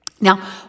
Now